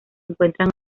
encuentran